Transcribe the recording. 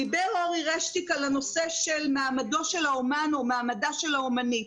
דיבר אורי רשטיק על מעמדו של האומן או מעמדה של האומנית.